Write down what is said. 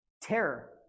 Terror